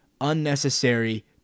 unnecessary